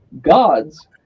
gods